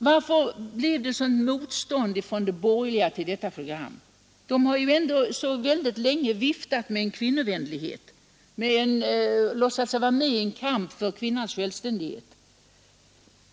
Varför blev det ett sådant motstånd från de borgerliga mot detta program? De har ju ändå så väldigt länge viftat med en kvinnovänlighet och låtsats vara med i en kamp för kvinnans självständighet.